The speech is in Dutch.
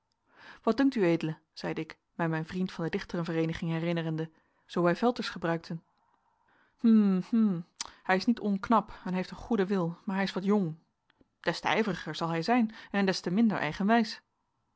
wat dunkt ued zeide ik mij mijn vriend van de dichteren vereeniging herinnerende zoo wij velters gebruikten hm hm hij is niet onknap en heeft een goeden wil maar hij is wat jong des te ijveriger zal hij zijn en des te minder eigenwijs